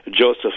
Joseph